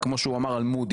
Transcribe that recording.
כמו שהוא אמר על מודי'ס